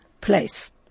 place